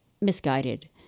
misguided